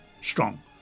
strong